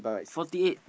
forty eight